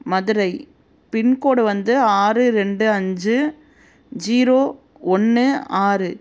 Madurai pin code வந்து ஆறு ரெண்டு அஞ்சு ஜீரோ ஒன்று ஆறு